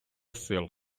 сил